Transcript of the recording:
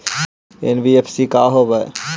NBFC का होब?